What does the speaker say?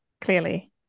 clearly